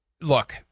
Look